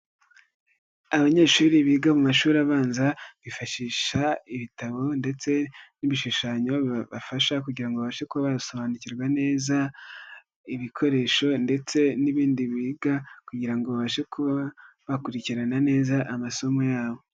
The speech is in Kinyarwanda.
Abanyeshuri biga mu mashuri abanza bifashisha ibitabo ndetse n'ibishushanyo bibafasha kugira ngo babashe kuba basobanukirwa neza ibikoresho ndetse n'ibindi biga kugira ngo babashe kuba bakurikirana neza amasomo yabo.